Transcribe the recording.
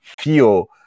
feel